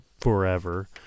forever